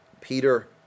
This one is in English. Peter